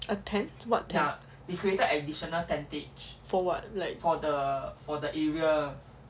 a ten what ten for what like